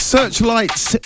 Searchlights